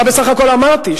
מה בסך הכול אמרתי?